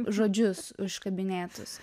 žodžius iškabinėtus